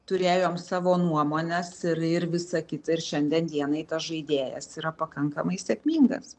turėjom savo nuomones ir ir visa kita ir šiandien dienai tas žaidėjas yra pakankamai sėkmingas